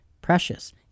precious